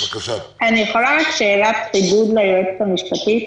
שאלת חידוד ליועצת המשפטית,